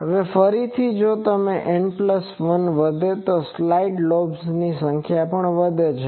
હવે ફરીથી જો N1 વધે તો સાઇડ લોબ્સની સંખ્યા પણ વધે છે